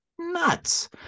nuts